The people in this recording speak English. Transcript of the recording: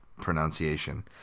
pronunciation